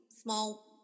small